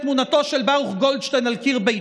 ישב אדוני או שיתלה את תמונתו של ברוך גולדשטיין על קיר ביתו.